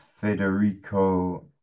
Federico